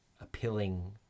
appealing